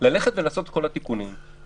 לעשות את כל התיקונים.